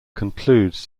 concludes